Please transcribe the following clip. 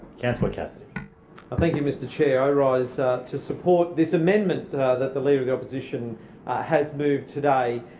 councillor cassidy thank you, mr chair. i rise to support this amendment that the leader of the opposition has moved today.